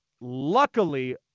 Luckily